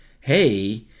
hey